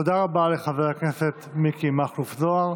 תודה רבה לחבר הכנסת מיקי מכלוף זוהר.